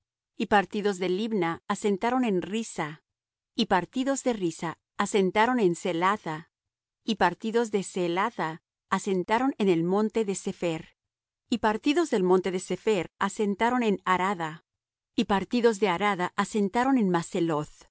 y partidos de libna asentaron en rissa y partidos de rissa asentaron en ceelatha y partidos de ceelatha asentaron en el monte de sepher y partidos del monte de sepher asentaron en harada y partidos de harada asentaron en